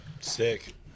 Sick